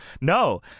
No